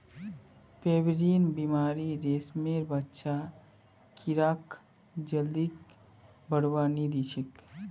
pebrine बीमारी रेशमेर बच्चा कीड़ाक जल्दी बढ़वा नी दिछेक